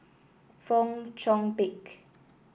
Fong Chong Pik